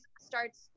starts